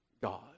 God